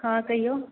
हँ क़हियौ